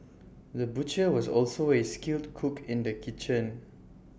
the butcher was also A skilled cook in the kitchen